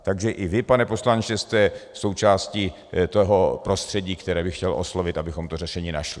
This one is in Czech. Takže i vy, pane poslanče, jste součástí toho prostředí, které bych chtěl oslovit, abychom to řešení našli.